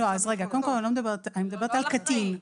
אני מדברת על קטין,